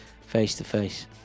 face-to-face